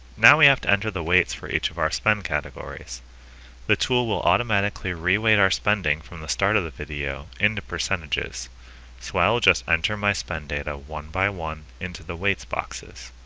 now we have to enter the weights for each of our spend categories the tool will automatically re-weight our spending from the start of the video into percentages so i will just enter my spend data one by one into the weights boxes